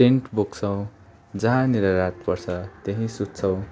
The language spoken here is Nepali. टेन्ट बोक्छौँ जहाँनेर रात पर्छ त्यहीँ सुत्छौँ